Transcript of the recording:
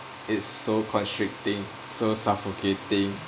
is so constricting so suffocating